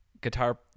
guitar